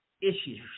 issues